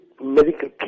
medical